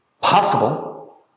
possible